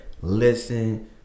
listen